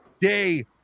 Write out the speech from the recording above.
day